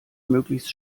möglichst